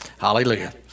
Hallelujah